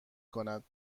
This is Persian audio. کند